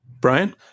Brian